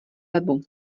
webu